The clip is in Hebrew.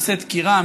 עושה דקירה,